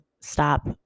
stop